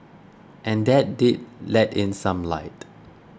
and that did let in some light